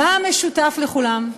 מה המשותף לכולם?